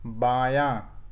بایاں